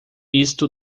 isto